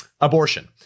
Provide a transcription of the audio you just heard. abortion